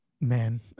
man